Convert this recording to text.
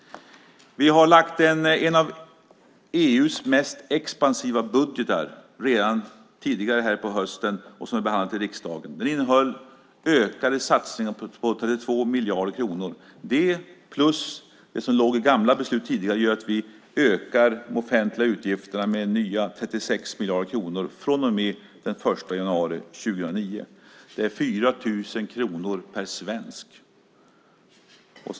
Vi har lagt fram en av EU:s mest expansiva budgetar redan tidigare på hösten som har behandlats i riksdagen. Den innehöll ökade satsningar på 32 miljarder kronor. Det plus det som låg i gamla beslut sedan tidigare gör att vi ökar de offentliga utgifterna med nya 36 miljarder kronor den 1 januari 2009. Det är 4 000 kronor per svensk.